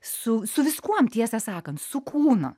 su su viskuo tiesą sakant su kūnu